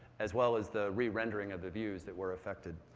as well as the rerendering of the views that were affected.